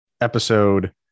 episode